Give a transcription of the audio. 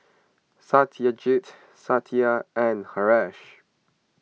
Satyajit Satya and Haresh